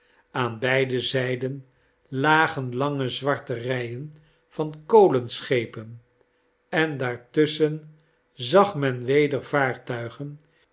aan beide zijden lagen lange zwarte rijen van kolenschepen en daartusschen zag men weder vaartuigen